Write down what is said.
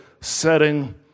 setting